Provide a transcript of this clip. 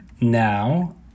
Now